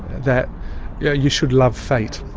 that yeah you should love fate,